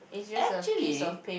actually